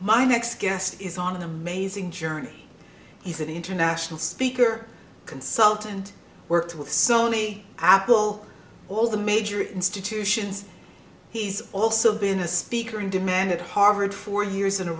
my next guest is on the maison jury he's an international speaker consultant worked with sony apple all the major institutions he's also been a speaker in demand at harvard for years in a